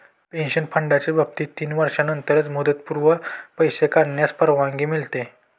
pension फंडाच्या बाबतीत तीन वर्षांनंतरच मुदतपूर्व पैसे काढण्यास परवानगी मिळते